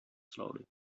slowly